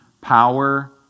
power